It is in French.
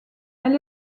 elle